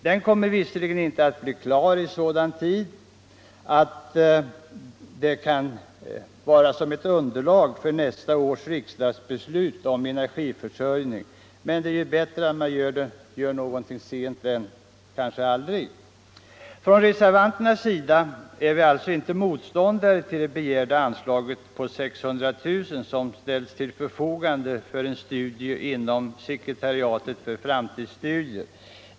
Den kommer visserligen inte att bli klar i sådan tid att den kan tjäna som underlag för nästa års riksdagsbeslut om energiförsörjningen, men det är ju bättre att man gör något sent än aldrig. Vi reservanter är alltså inte motståndare till att det begärda anslaget på 600 000 kronor ställs till förfogande för en studie inom sekretariatet för framtidsstudier.